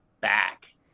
back